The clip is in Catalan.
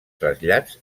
trasllats